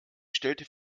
stellt